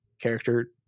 character